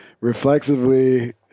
reflexively